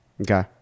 Okay